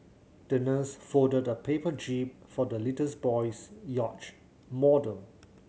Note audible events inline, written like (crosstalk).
the nurse folded a paper jib for the little (unintelligible) boy's yacht model